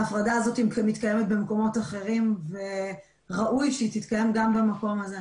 ההפרדה הזאת מתקיימת במקומות אחרים וראוי שהיא תתקיים גם במקום הזה.